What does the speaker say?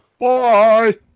Bye